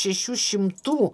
šešių šimtų